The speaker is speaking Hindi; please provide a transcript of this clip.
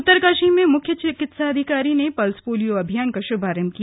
उत्तरकाशी में मुख्य चिकित्सा अधिकारी ने पल्स पोलियो अभियान का शुभारंभ किया